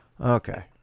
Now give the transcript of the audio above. Okay